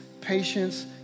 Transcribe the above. patience